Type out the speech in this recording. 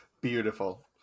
beautiful